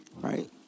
Right